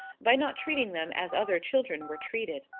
by not treating them as other children were treated.